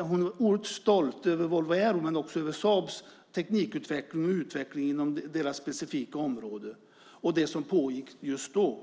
hon är oerhört stolt över Volvo Aeros men också över Saabs teknikutveckling och utveckling inom sina specifika områden och det som pågick just då.